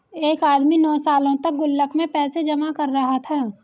एक आदमी नौं सालों तक गुल्लक में पैसे जमा कर रहा था